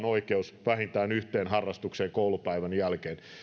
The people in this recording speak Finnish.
oikeus vähintään yhteen harrastukseen koulupäivän jälkeen